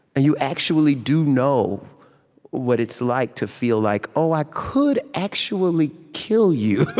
you actually do know what it's like to feel like oh, i could actually kill you,